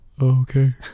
okay